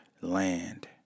land